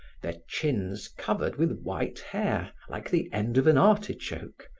their chins covered with white hair like the end of an artichoke,